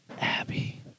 Abby